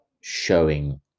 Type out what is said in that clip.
showing